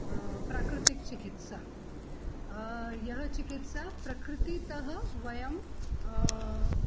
प्राकृतिकचिकित्सा यः चिकित्सा प्रकृतितः वयं